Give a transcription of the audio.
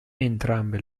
entrambe